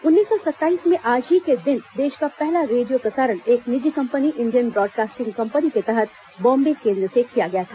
उन्नीस सौ सत्ताईस में आज के ही दिन देश का पहला रेडियो प्रसारण एक निजी कंपनी इंडियन ब्रॉडकास्टिंग कंपनी के तहत बॉम्बे केंद्र से किया गया था